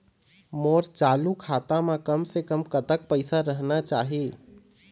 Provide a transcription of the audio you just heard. मोर चालू खाता म कम से कम कतक पैसा रहना चाही?